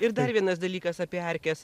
ir dar vienas dalykas apie erkes